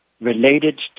related